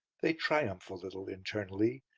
they triumph a little internally,